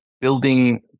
building